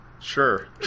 sure